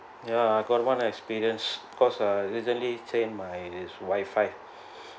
yeah I got one experience because I recently changed my wifi